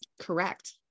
correct